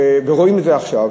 ורואים את זה עכשיו,